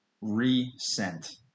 resent